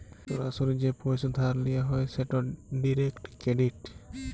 সরাসরি যে পইসা ধার লিয়া হ্যয় সেট ডিরেক্ট ক্রেডিট